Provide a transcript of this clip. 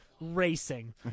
racing